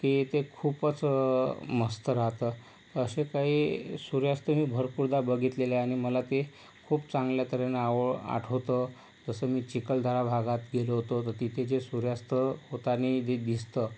की ते खूपच मस्त राहतं तर असे काही सूर्यास्त मी भरपूरदा बघितलेले आहेत आणि मला ते खूप चांगल्या तऱ्हेने आठवतं जसं मी चिखलदरा भागात गेलो होतो तर तिथे जे सूर्यास्त होताना जे दिसतं